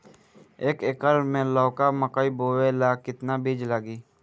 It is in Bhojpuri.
एक एकर मे लौका मकई बोवे ला कितना बिज लागी?